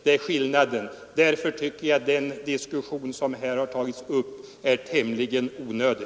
Det är hela skillnaden. Därför tycker jag att den diskussion som här har tagits upp är tämligen onödig.